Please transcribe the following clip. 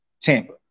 Tampa